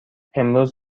امروز